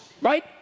right